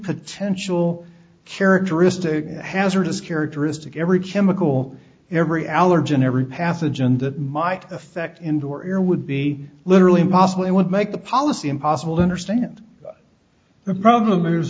potential characteristic hazardous characteristic every chemical every allergen every pathogen that might affect indoor air would be literally impossible it would make the policy impossible to understand the problem is